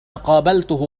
قابلته